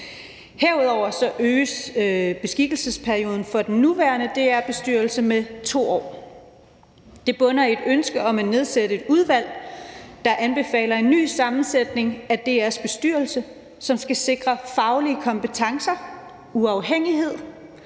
Herudover øges beskikkelsesperioden for den nuværende DR-bestyrelse med 2 år. Det bunder i et ønske om at nedsætte et udvalg, der anbefaler en ny sammensætning af DR's bestyrelse, som skal sikre faglige kompetencer, uafhængighed